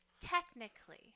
technically